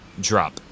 drop